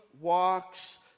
walks